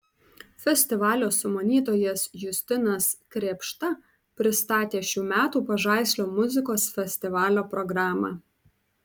festivalio sumanytojas justinas krėpšta pristatė šių metų pažaislio muzikos festivalio programą